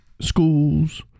schools